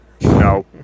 No